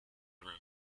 room